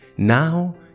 Now